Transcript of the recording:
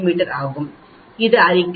me ஆகும் இது அறிக்கை